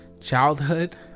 childhood